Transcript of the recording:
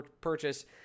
purchase